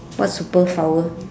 what superpower